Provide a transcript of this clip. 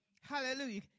Hallelujah